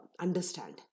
understand